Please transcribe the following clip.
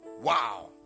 Wow